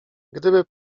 gdyby